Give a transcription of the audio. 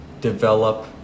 develop